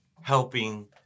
helping